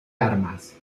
armas